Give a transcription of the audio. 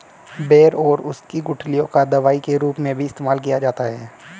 बेर और उसकी गुठलियों का दवाई के रूप में भी इस्तेमाल किया जाता है